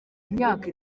imyaka